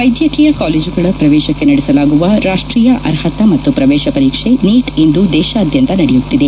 ವೈದ್ಯಕೀಯ ಕಾಲೇಜುಗಳ ಪ್ರವೇಶಕ್ಕೆ ನಡೆಸಲಾಗುವ ರಾಷ್ಟೀಯ ಅರ್ಹತಾ ಮತ್ತು ಪ್ರವೇಶ ಪರೀಕ್ಷೆ ನೀಟ್ ಇಂದು ದೇಶಾದ್ಯಂತ ನಡೆಯುತ್ತಿದೆ